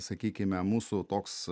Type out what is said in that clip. sakykime mūsų toks